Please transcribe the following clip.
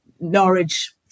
norwich